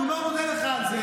אני מאוד מודה לך על זה.